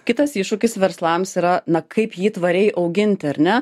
kitas iššūkis verslams yra na kaip jį tvariai auginti ar ne